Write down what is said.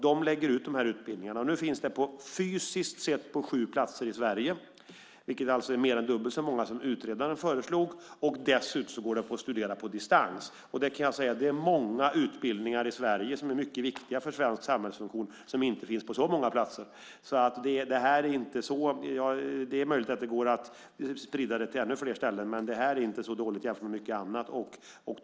De lägger ut dessa utbildningar. Utbildningar finns fysiskt på sju platser i Sverige, alltså på mer än dubbelt så många som utredaren föreslagit. Dessutom går det att studera på distans. Det är många utbildningar i Sverige som är mycket viktiga för svensk samhällsfunktion och som inte finns på så många platser. Det är möjligt att det går att sprida utbildningen till ännu fler ställen. Det här är dock inte så dåligt jämfört med mycket annat.